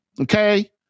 Okay